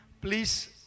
please